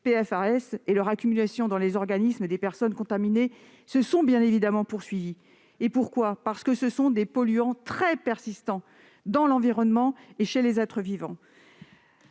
PFAS et leur accumulation dans les organismes des personnes contaminées se sont évidemment poursuivies. Pourquoi ? Parce que ces polluants sont très persistants, que ce soit dans l'environnement ou chez les êtres vivants.